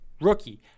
rookie